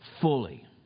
fully